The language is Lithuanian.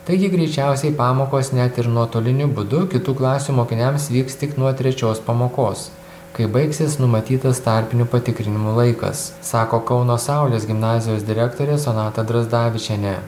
taigi greičiausiai pamokos net ir nuotoliniu būdu kitų klasių mokiniams vyks tik nuo trečios pamokos kai baigsis numatytas tarpinių patikrinimų laikas sako kauno saulės gimnazijos direktorė sonata drasdavičienė